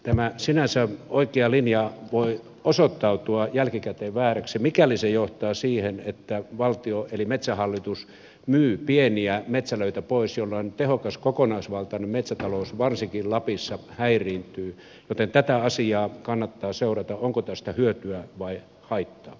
tämä sinänsä oikea linja voi osoittautua jälkikäteen vääräksi mikäli se johtaa siihen että valtio eli metsähallitus myy pieniä metsälöitä pois jolloin tehokas kokonaisvaltainen metsätalous varsinkin lapissa häiriintyy joten kannattaa seurata onko tästä hyötyä vai haittaa